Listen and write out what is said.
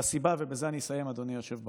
והסיבה, ובזה אני מסיים, אדוני היושב בראש,